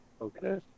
Okay